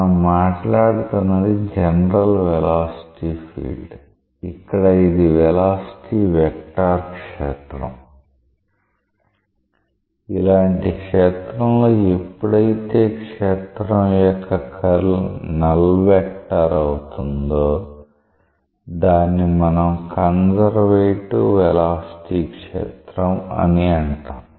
మనం మాట్లాడుతున్నది general velocity field ఇక్కడ ఇది వెలాసిటీ వెక్టార్ క్షేత్రం ఇలాంటి క్షేత్రంలో ఎప్పుడైతే క్షేత్రం యొక్క కర్ల్ నల్ వెక్టార్ అవుతుందో దాన్ని మనం కన్సర్వేటివ్ వెలాసిటీ క్షేత్రం అని అంటాము